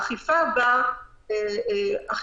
האכיפה באה בסוף.